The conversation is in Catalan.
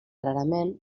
rarament